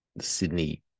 Sydney